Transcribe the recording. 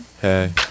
Hey